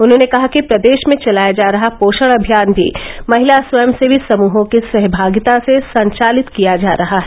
उन्होंने कहा कि प्रदेश में चलाया जा रहा पोषण अभियान भी महिला स्वयंसेवी समूहों की सहभागिता से संचालित किया जा रहा है